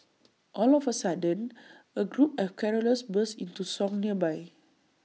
all of A sudden A group of carollers burst into song nearby